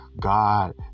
God